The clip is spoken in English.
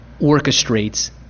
orchestrates